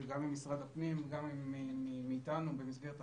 גם ממשרד הפנים וגם איתנו במסגרת החקיקה.